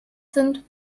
sind